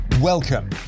Welcome